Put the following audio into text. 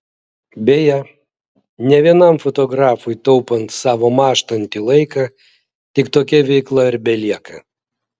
beje ne vienam fotografui taupant savo mąžtantį laiką tik tokia veikla ir belieka